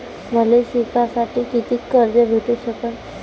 मले शिकासाठी कितीक कर्ज भेटू सकन?